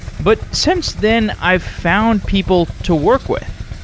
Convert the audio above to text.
but since then, i've found people to work with,